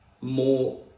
more